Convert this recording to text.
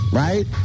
right